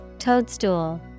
Toadstool